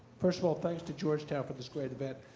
first of all, thanks to georgetown for this great event.